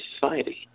society